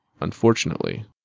unfortunately